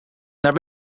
naar